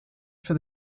for